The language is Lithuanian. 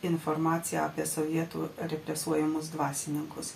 informaciją apie sovietų represuojamus dvasininkus